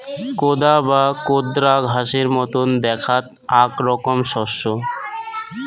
কোদা বা কোদরা ঘাসের মতন দ্যাখাত আক রকম শস্য